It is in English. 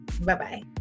Bye-bye